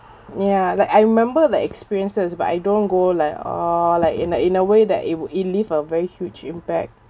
ya like I remember the experiences but I don't go like all like in a in a way that it would it leave a very huge impact